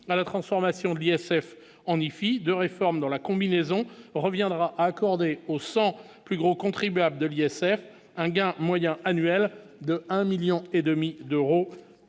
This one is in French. à la transformation de l'ISF en IFI de réformes dans la combinaison reviendra à accorder aux 100 plus gros contribuables de l'ISF, un gain moyen annuel de 1 1000000 et